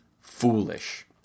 foolish